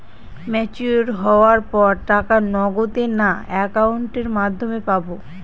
Mature হওয়ার পর টাকা নগদে না অ্যাকাউন্টের মাধ্যমে পাবো?